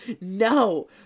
No